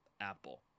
Apple